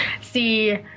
see